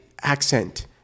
accent